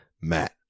Matt